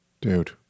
Dude